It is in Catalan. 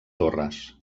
torres